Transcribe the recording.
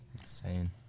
insane